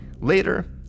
Later